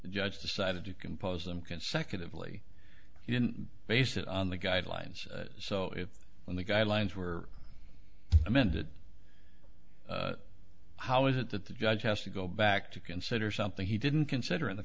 the judge decided to compose them consecutively based on the guidelines so if when the guidelines were amend it how is it that the judge has to go back to consider something he didn't consider in the